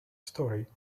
story